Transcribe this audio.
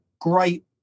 great